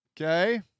Okay